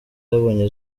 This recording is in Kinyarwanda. yabonye